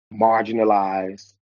marginalized